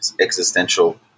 existential